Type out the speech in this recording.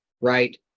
right